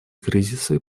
кризисы